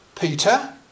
Peter